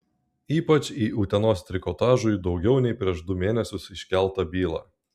ypač į utenos trikotažui daugiau nei prieš du mėnesius iškeltą bylą